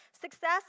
Success